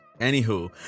Anywho